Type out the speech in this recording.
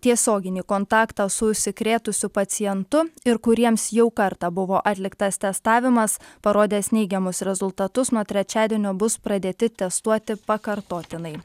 tiesioginį kontaktą su užsikrėtusiu pacientu ir kuriems jau kartą buvo atliktas testavimas parodęs neigiamus rezultatus nuo trečiadienio bus pradėti testuoti pakartotinai